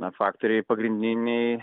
na faktoriai pagrindiniai